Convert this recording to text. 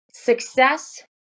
Success